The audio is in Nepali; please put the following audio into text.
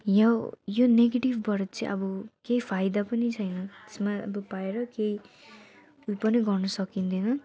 यो यो नेगेटिभबाट चाहिँ अब केही फाइदा पनि छैन त्यसमा अब भएर केही पनि गर्नु सकिँदैन